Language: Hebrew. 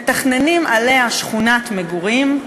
מתכננים עליה שכונת מגורים.